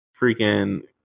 freaking